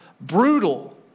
brutal